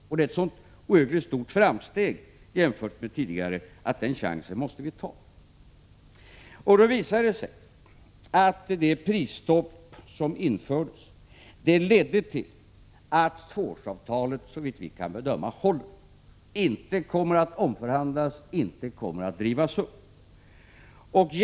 Det är ett så stort framsteg jämfört med tidigare att vi måste ta den chansen. Det har visat sig att det prisstopp som införts lett till att tvåårsavtalen såvitt vi kan bedöma håller, alltså inte kommer att rivas upp och omförhandlas.